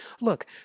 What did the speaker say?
Look